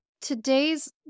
today's